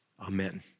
amen